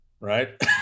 right